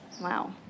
Wow